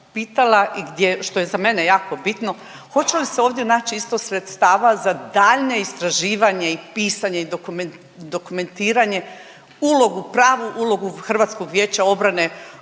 pitala i gdje, što je za mene jako bitno, hoće li se ovdje nać isto sredstava za daljnje istraživanje i pisanje i dokumentiranje ulogu, pravu ulogu HVO-a gdje će